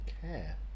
care